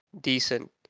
decent